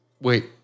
Wait